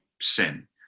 sin